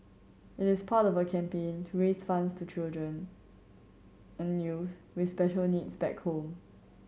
it is part of a campaign to raise funds to children and youth with special needs back home